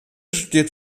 studierte